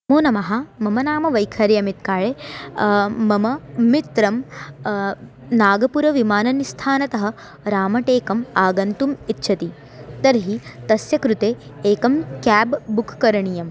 नमो नमः मम नाम वैखर्य मित्काळे मम मित्रं नागपुरविमाननिस्थानतः रामटेकम् आगन्तुम् इच्छति तर्हि तस्य कृते एकं क्याब् बुक् करणीयम्